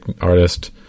artist